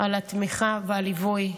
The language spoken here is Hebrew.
על התמיכה והליווי.